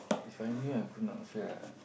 If I knew I could not fail right